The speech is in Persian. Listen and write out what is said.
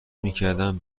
میکردم